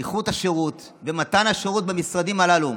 איכות השירות ומתן השירות במשרדים הללו,